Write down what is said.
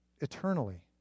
eternally